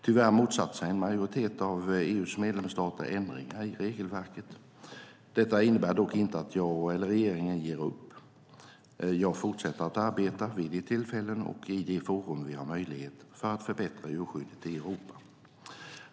Tyvärr motsätter sig en majoritet av EU:s medlemsstater ändringar i regelverket. Detta innebär dock inte att jag eller regeringen ger upp. Jag fortsätter att arbeta, vid de tillfällen och i de forum vi har möjlighet, för att förbättra djurskyddet i Europa.